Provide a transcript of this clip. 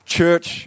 church